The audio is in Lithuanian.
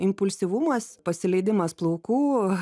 impulsyvumas pasileidimas plaukų